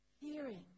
Hearing